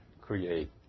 create